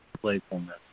playfulness